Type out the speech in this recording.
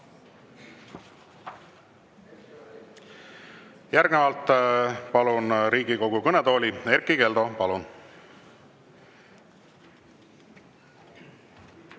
Järgnevalt palun Riigikogu kõnetooli Erkki Keldo. Palun!